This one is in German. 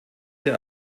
der